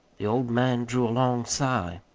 the old man drew a long sigh.